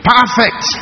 Perfect